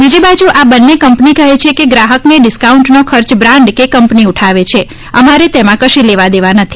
બીજીબાજુ આ બંને કંપની કહે છે કે ગ્રાહકને ડિસ્કાઉન્ટનો ખર્ચ બ્રાન્ડ કે કંપની ઉઠાવે છે અમારે તેમાં કશી લેવા દેવા નથી